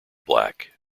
black